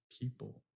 people